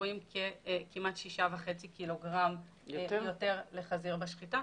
רואים כמעט 6.5 ק"ג יותר לחזיר בשחיטה,